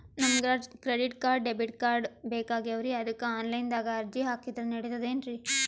ನಮಗ credit card, debit card ಬೇಕಾಗ್ಯಾವ್ರೀ ಅದಕ್ಕ ಆನಲೈನದಾಗ ಅರ್ಜಿ ಹಾಕಿದ್ರ ನಡಿತದೇನ್ರಿ?